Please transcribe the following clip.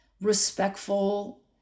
respectful